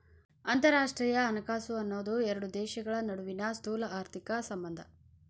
ಅಂತರರಾಷ್ಟ್ರೇಯ ಹಣಕಾಸು ಅನ್ನೋದ್ ಎರಡು ದೇಶಗಳ ನಡುವಿನ್ ಸ್ಥೂಲಆರ್ಥಿಕ ಸಂಬಂಧ